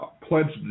pledged